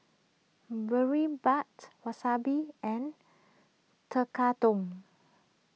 Boribap Wasabi and Tekkadon